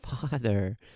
father